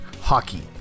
Hockey